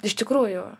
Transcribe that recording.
iš tikrųjų